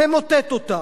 תמוטט אותה.